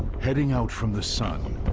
heading out from the sun,